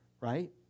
right